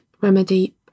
remedy